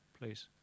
Please